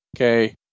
okay